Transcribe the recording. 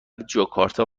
جاکارتا